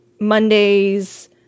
Monday's